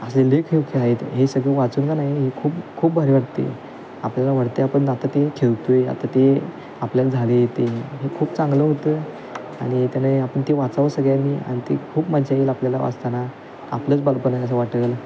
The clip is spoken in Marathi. असे लई खेळ खेळ आहेत हे सगळं वाचून का नाही हे खूप खूप भारी वाटते आपल्याला वाटते आपण आता ते खेळतो आहे आता ते आपल्याला झालं आहे ते हे खूप चांगलं होतं आणि त्याने आपण ते वाचावं सगळ्यांनी आणि ती खूप मज्जा येईल आपल्याला वाचताना आपलंच बलपण आहे असं वाटेल